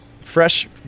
fresh